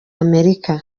amerika